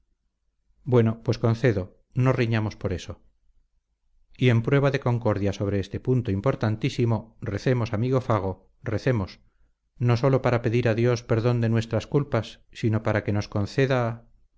bueno pues concedo no riñamos por eso y en prueba de concordia sobre este punto importantísimo recemos amigo fago recemos no sólo para pedir a dios perdón de nuestras culpas sino para que nos conceda